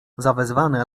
zawezwany